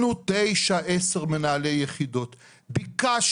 ד"ר זיו נאמן הוא מנהל כל מערך הדימות של בית חולים העמק,